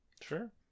Sure